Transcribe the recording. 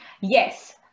Yes